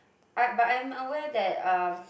I but I'm aware that um